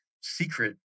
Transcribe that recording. secret